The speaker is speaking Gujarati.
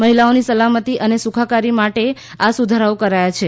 મહિલાઓની સલામતી અને સુખાકારી માટે આ સુધારાઓ કરાયા છે